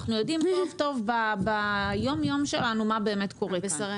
אנחנו יודעים טוב טוב ביום-יום שלנו מה קורה באמת.